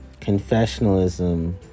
confessionalism